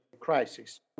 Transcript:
crisis